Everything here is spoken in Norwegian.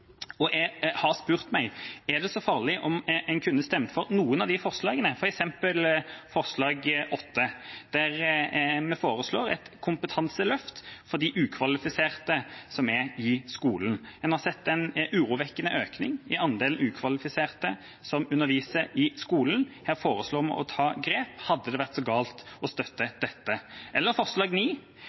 Jeg har spurt meg: Ville det være så farlig om en stemte for noen av forslagene, f.eks. forslag nr. 8, der vi foreslår et kompetanseløft for de ukvalifiserte lærerne i skolen? En har sett en urovekkende økning i andelen ukvalifiserte som underviser i skolen. Her foreslår vi å ta grep. Hadde det vært så galt å støtte dette? Eller forslag